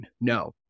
No